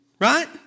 right